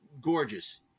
Gorgeous